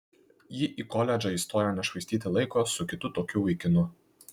ji į koledžą įstojo nešvaistyti laiko su kitu tokiu vaikinu